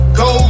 go